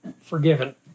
forgiven